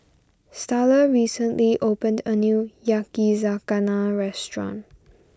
Starla recently opened a new Yakizakana restaurant